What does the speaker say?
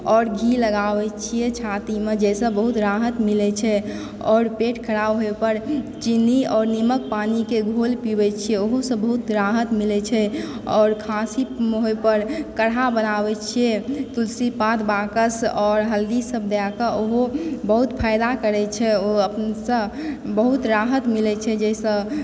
आओर घी लगाबै छिऐ छातीमे जाहिसँ बहुत राहत मिलैत छै आओर पेट खराब होए पर चीनी आओर नीमक पानिके घोल पीबए छिऐ ओहोसंँ बहुत राहत मिलैत छै आओर खांसी होए पर काढ़ा बनाबए छिऐ तुलसी पात बाकस आओर हल्दी सब दए कऽ ओहो बहुत फायदा करए छै ओ संँ बहुत राहत मिलैत छै जाहिसँ